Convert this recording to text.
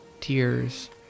Tears